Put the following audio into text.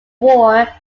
war